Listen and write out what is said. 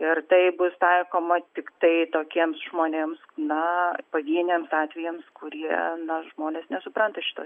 ir taip bus taikoma tiktai tokiems žmonėms na pavieniams atvejams kurie na žmonės nesupranta šito